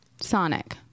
Sonic